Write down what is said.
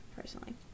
personally